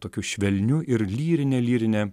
tokiu švelniu ir lyrinė lyrinė